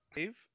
Dave